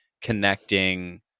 connecting